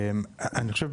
אני חושב,